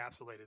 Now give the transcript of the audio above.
encapsulated